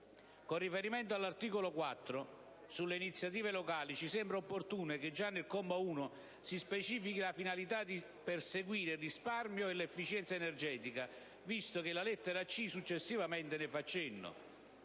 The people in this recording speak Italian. Con riferimento all'articolo 4, sulle iniziative locali, ci sembra opportuno che già nel comma 1 si specifichi la finalità di perseguire il risparmio e l'efficienza energetica, visto che la lettera *c)* successivamente ne fa cenno.